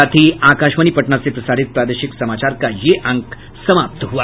इसके साथ ही आकाशवाणी पटना से प्रसारित प्रादेशिक समाचार का ये अंक समाप्त हुआ